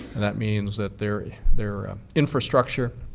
and that means that their their infrastructure,